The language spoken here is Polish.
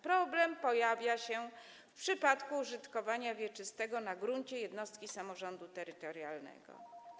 Problem pojawia się w przypadku użytkowania wieczystego na gruncie jednostki samorządu terytorialnego.